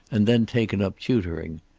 and then taken up tutoring.